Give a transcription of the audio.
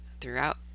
throughout